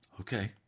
Okay